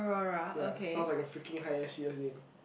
ya sounds like a freaking highest ears name